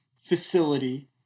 facility